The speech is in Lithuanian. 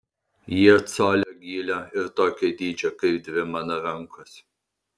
jie colio gylio ir tokio dydžio kaip dvi mano rankos